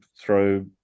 throw